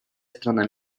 страна